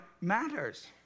matters